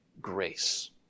grace